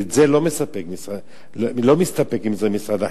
ומשרד החינוך לא מסתפק בזה.